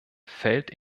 fällt